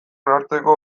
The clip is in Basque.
onartzeko